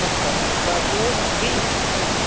আচ্ছা গাজর বিনস